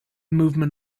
movement